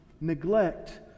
neglect